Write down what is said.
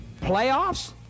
Playoffs